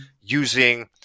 using